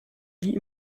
nie